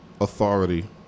authority